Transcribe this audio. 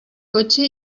cotxe